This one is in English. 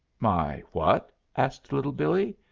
my what? asked little billee.